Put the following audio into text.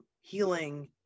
healing